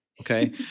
okay